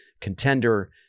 contender